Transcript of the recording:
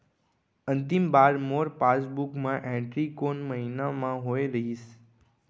अंतिम बार मोर पासबुक मा एंट्री कोन महीना म होय रहिस?